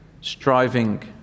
striving